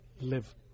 live